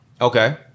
Okay